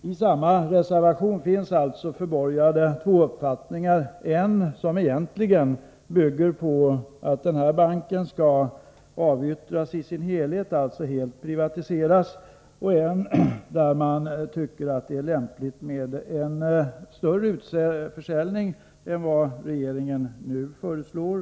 I samma reservation finns alltså förborgade två uppfattningar, en som egentligen bygger på att banken skall helt privatiseras och en som går ut på att det är lämpligt med en större utförsäljning än vad regeringen nu föreslår.